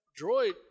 droid